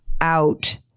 out